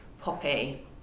poppy